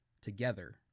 together